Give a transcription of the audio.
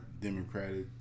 Democratic